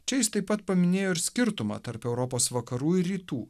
čia jis taip pat paminėjo ir skirtumą tarp europos vakarų ir rytų